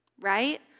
right